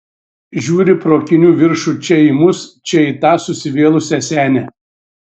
žiūri pro akinių viršų čia į mus čia į tą susivėlusią senę